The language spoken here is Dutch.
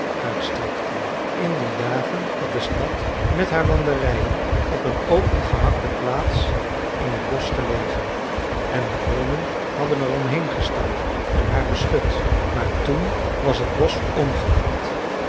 uitstrekten in die dagen had de stad met haar landerijen op een opengehakte plaats in t bosch gelegen en de boomen hadden er om heen gestaan en haar beschut maar toen was het bosch omgehakt